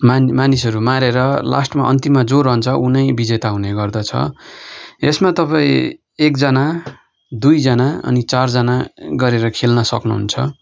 मानिसहरू मारेर लास्टमा अन्तिममा जो रहन्छ ऊ नै बिजेता हुने गर्दछ यसमा तपाईँ एकजना दुईजना अनि चारजना गरेर खेल्न सक्नुहुन्छ